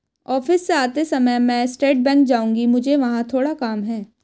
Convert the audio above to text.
office से आते समय मैं स्टेट बैंक जाऊँगी, मुझे वहाँ थोड़ा काम है